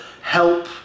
help